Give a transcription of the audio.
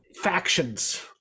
factions